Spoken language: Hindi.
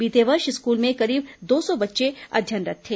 बीते वर्ष स्कूल में करीब दो सौ बच्चे अध्ययनरत् थे